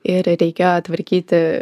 ir reikėjo tvarkyti